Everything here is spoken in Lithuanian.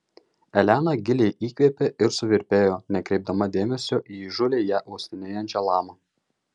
elena giliai įkvėpė ir suvirpėjo nekreipdama dėmesio į įžūliai ją uostinėjančią lamą